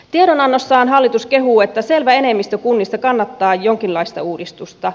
tiedonannossaan hallitus kehuu että selvä enemmistö kunnista kannattaa jonkinlaista uudistusta